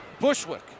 Bushwick